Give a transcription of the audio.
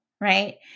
right